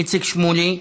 איציק שמולי,